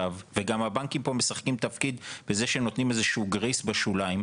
וגם הבנקים פה משחקים תפקיד בזה שהם נותנים איזה שהוא גרייס בשוליים,